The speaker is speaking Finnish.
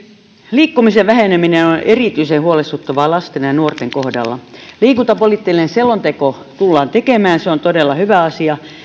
liikkumisen väheneminen on erityisen huolestuttavaa lasten ja nuorten kohdalla liikuntapoliittinen selonteko tullaan tekemään se on todella hyvä asia